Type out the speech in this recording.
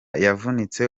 yavunitse